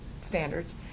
standards